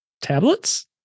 Tablets